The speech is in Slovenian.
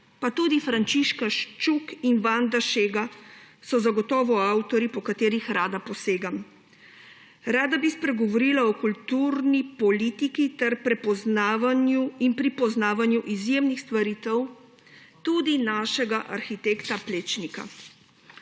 pa tudi Frančiška Čuk in Vanda Šega so zagotovo avtorji, po katerih rada posegam. Rada bi spregovorila o kulturni politiki in prepoznavanju izjemnih stvaritev tudi našega arhitekta Plečnika.